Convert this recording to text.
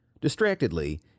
Distractedly